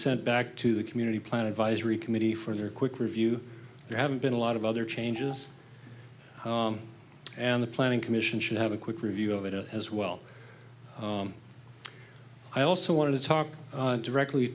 sent back to the community plan advisory committee for their quick review there haven't been a lot of other changes and the planning commission should have a quick review of it as well i also wanted to talk directly